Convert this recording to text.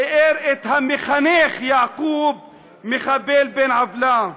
תיאר את המחנך יעקוב "מחבל בן עוולה".